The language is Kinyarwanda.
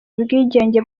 bwigenge